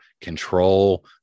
control